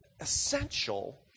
essential